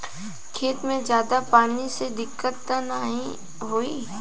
खेत में ज्यादा पानी से दिक्कत त नाही होई?